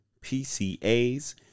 PCAs